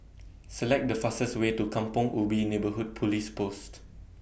Select The fastest Way to Kampong Ubi Neighbourhood Police Post